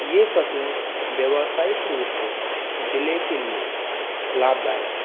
ये फसलें व्यावसायिक रूप से जिले के लिए लाभदायक हैं